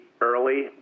early